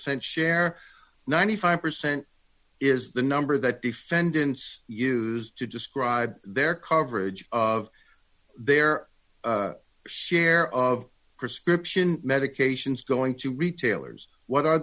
cent share ninety five percent is the number that defendants used to describe their coverage of their share of prescription medications going to retailers what are